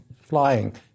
flying